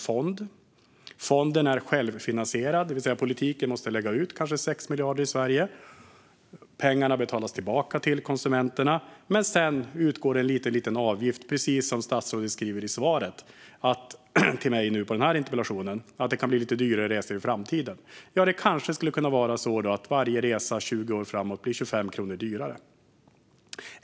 Fonden är självfinansierad, det vill säga politiken måste lägga ut kanske 6 miljarder i Sverige. Pengarna betalas tillbaka till konsumenterna, men sedan utgår en liten avgift. Precis som statsrådet sa i svaret på min interpellation kan det bli lite dyrare resor i framtiden. Ja, det kanske skulle kunna vara så att varje resa under 20 år framåt blir 25 kronor dyrare.